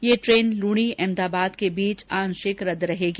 ये ट्रेन लूणी अहमदाबाद के बीच आंशिक रदद रहेगी